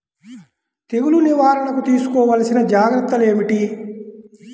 తెగులు నివారణకు తీసుకోవలసిన జాగ్రత్తలు ఏమిటీ?